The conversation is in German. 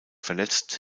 verletzt